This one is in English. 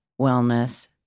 wellness